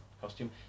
costume